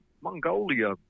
mongolia